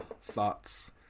thoughts